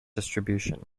distribution